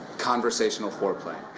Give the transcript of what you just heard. conversational foreplay!